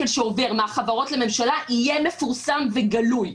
שעובר מהחברות לממשלה יהיה מפורסם וגלוי.